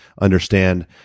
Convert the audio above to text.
understand